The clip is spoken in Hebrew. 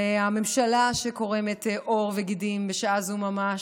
והממשלה שקורמת עור וגידים בשעה זו ממש,